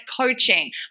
coaching